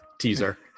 Teaser